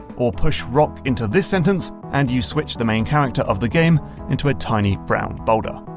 or push rock into this sentence, and you switch the main character of the game into a tiny brown boulder.